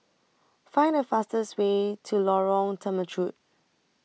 Find The fastest Way to Lorong Temechut